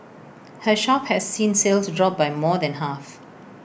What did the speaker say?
her shop has seen sales drop by more than half